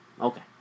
Okay